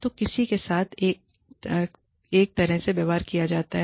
तो किसी के साथ एक तरह से व्यवहार किया जाता है